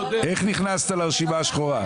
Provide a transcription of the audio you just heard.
איך נכנסת לרשימה השחורה?